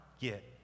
get